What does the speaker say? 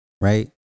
right